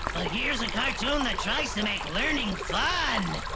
but here's a cartoon that tries to make learning fun.